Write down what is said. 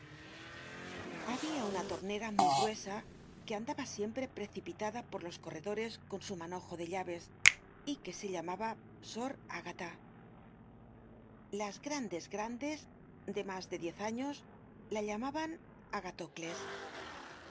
habia una tornera muy gruesa que andaba siempre precipitada por los corredores con su manojo de llaves y que se llamaba sor agata las grandes grandes de mas de diez añosla llamaban